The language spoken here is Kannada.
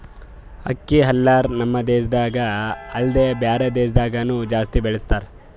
ಅಕ್ಕಿ ಹಲ್ಲರ್ ನಮ್ ದೇಶದಾಗ ಅಲ್ದೆ ಬ್ಯಾರೆ ದೇಶದಾಗನು ಜಾಸ್ತಿ ಬಳಸತಾರ್